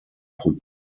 put